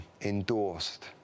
endorsed